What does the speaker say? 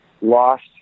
lost